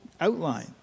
outline